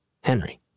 Henry